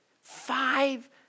Five